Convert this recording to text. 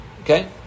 Okay